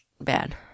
bad